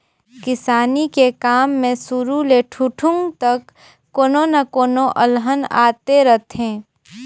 किसानी के काम मे सुरू ले ठुठुंग तक कोनो न कोनो अलहन आते रथें